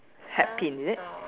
hat pin is it